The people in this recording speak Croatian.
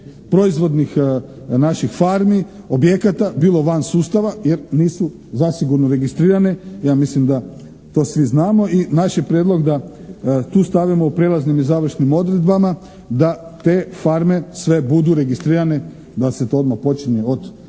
proizvodnih naših farmi, objekata bilo van sustava jer nisu zasigurno registrirane. Ja mislim da to svi znamo. I naš je prijedlog da tu stavljamo u prijelaznim i završnim odredbama da te farme sve budu registrirane, da se to odmah počinje od